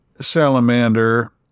Salamander